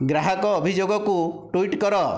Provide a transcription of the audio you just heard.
ଗ୍ରାହକ ଅଭିଯୋଗକୁ ଟୁଇଟ୍ କର